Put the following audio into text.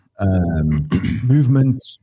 Movement